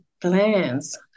plans